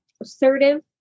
assertive